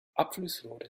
abflussrohre